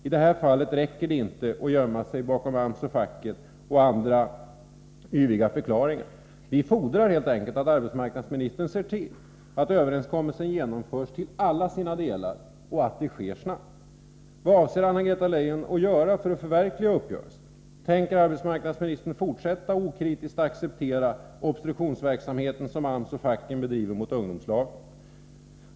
I det här fallet räcker det inte att gömma sig bakom AMS och facket eller att ta till yviga förklaringar. Vi fordrar helt enkelt att arbetsmarknadsministern ser till att överenskommelsen genomförs till alla sina delar, och att det sker snabbt. Vad avser Anna-Greta Leijon att göra för att förverkliga uppgörelsen? Tänker arbetsmarknadsministern fortsätta att okritiskt acceptera den obstruktionsverksamhet som AMS och facken bedriver mot ungdomslagen?